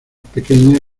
pequeña